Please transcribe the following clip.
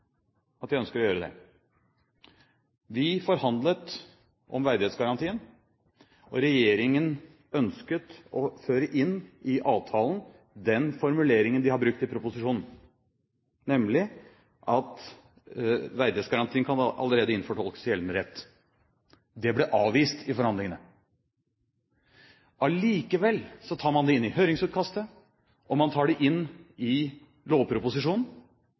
at jeg ønsker å gjøre det. Vi forhandlet om verdighetsgarantien, og regjeringen ønsket å føre inn i avtalen den formuleringen de har brukt i proposisjonen, nemlig at verdighetsgarantien kan allerede innfortolkes i gjeldende rett. Det ble avvist i forhandlingene. Likevel tar man det inn i høringsutkastet, og man tar det inn i lovproposisjonen